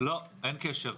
לא, אין קשר.